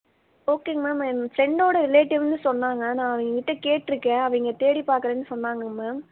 ஓகேங்க மேம் என் ஃபிரண்டோட ரிலேட்டிவ்ன்னு சொன்னாங்க நான் அவங்ககிட்ட கேட்டுருக்கேன் அவங்க தேடிப் பார்க்குறேன்னு சொன்னாங்க மேம்